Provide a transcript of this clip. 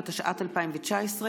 התשע"ט 2019,